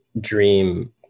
dream